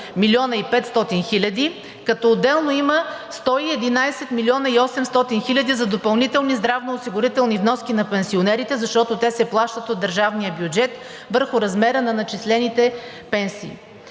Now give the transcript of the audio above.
млн. 500 хиляди, като отделно има 111 млн. 800 хиляди за допълнителни здравноосигурителни вноски на пенсионерите, защото те се плащат от държавния бюджет върху размера на начислените пенсии.